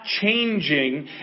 changing